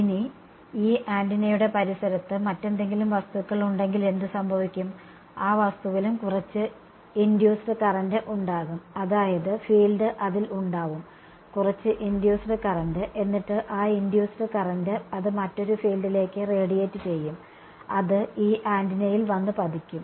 ഇനി ഈ ആന്റിനയുടെ പരിസരത്ത് മറ്റെന്തെങ്കിലും വസ്തുക്കൾ ഉണ്ടെങ്കിൽ എന്ത് സംഭവിക്കും ആ വസ്തുവിലും കുറച്ച് ഇൻഡുസ്ഡ് കറന്റ് ഉണ്ടാകും അതായത് ഫീൽഡ് അതിൽ ഉണ്ടാവും കുറച്ച് ഇൻഡ്യൂസ്ഡ് കറന്റ് എന്നിട്ട് ആ ഇൻഡ്യൂസ്ഡ് കറന്റ് അത് മറ്റൊരു ഫീൽഡിലേക്ക് റേഡിയേറ്റ് ചെയ്യും അത് ഈ ആന്റിനയിൽ വന്നു പതിക്കും